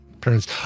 parents